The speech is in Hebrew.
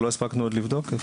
שלא הספקנו עוד לבדוק?